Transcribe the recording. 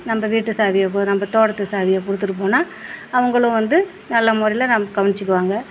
நம்ம வீட்டு சாவியவும் நம்ம தோட்டத்து சாவியை கொடுத்துட்டு போனால் அவங்களும் வந்து நல்ல முறையில் நமக்கு கவனிச்சிக்குவாங்க